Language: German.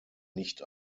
nicht